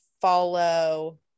follow